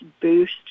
boost